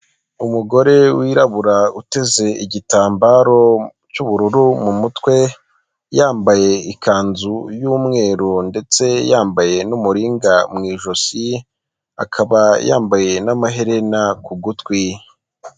Umugore wirabura uteze igitambaro cy'ubururu mu mutwe yambaye ikanzu y'umweru ndetse yambaye n'umuringa mu ijosi, akaba yambaye n'amaherena ku gutwi.